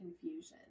confusion